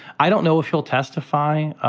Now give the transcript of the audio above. i don't know if you'll testify.